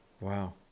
Wow